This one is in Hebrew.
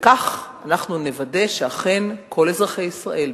וכך אנחנו נוודא שאכן כל אזרחי ישראל,